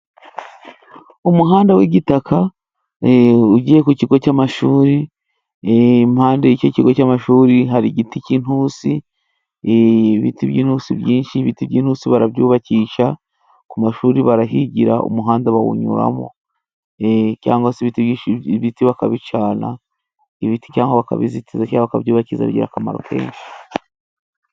Umuhanda w'igitaka ugiye ku kigo cy'amashuri, impande y'ikigo cy'amashuri hari ibiti by'inusi byinshi, ibiti by'intusi barabyubakisha, ku mashuri barahigira, umuhanda bawunyuramo, cyangwa se ibiti bakabicana, ibiti cyangwa bakabizitiza, cyangwa bakabyubakiza bigira akamaro kenshi.